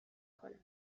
کنم